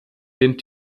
den